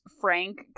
frank